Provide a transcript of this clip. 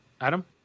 Adam